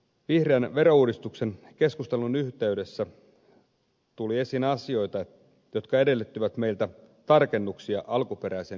vihreän verouudistuksen keskustelun yhteydessä tuli esiin asioita jotka edellyttivät meiltä tarkennuksia alkuperäiseen esitykseen